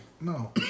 No